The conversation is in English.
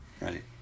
Right